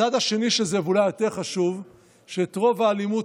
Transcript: הצד השני של זה ואולי היותר-חשוב הוא שאת רוב האלימות,